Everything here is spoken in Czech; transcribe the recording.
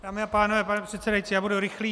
Dámy a pánové, pane předsedající, já budu rychlý.